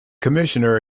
commissioner